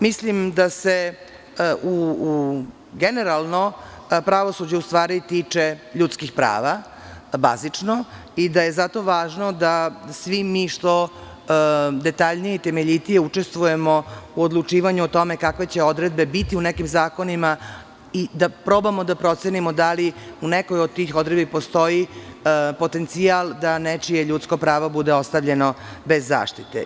Mislim da se generalno pravosuđe u stvari tiče ljudskih prava, bazično, i da je zato važno da svi mi što detaljnije i temeljitije učestvujemo u odlučivanju o tome kakve će odredbe biti u nekim zakonima i da probamo da procenimo da li u nekoj od tih odredbi postoji potencijal da nečije ljudsko pravo bude ostavljeno bez zaštite.